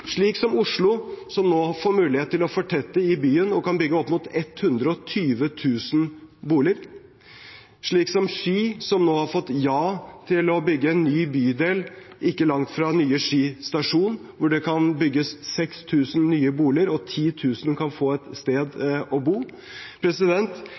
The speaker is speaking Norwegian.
slik som Oslo, som nå får mulighet til å fortette i byen og kan bygge opp mot 120 000 boliger, slik som Ski, som nå har fått ja til å bygge en ny bydel ikke langt fra nye Ski stasjon, hvor det kan bygges 6 000 nye boliger og 10 000 kan få et sted